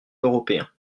européen